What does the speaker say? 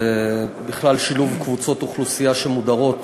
ובכלל, שילוב קבוצות אוכלוסייה שמודרות